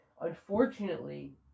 Unfortunately